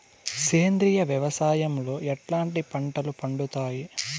సేంద్రియ వ్యవసాయం లో ఎట్లాంటి పంటలు పండుతాయి